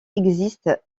existent